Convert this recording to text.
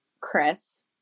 Chris